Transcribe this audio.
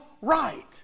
right